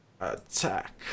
Attack